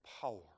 power